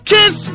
Kiss